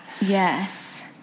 Yes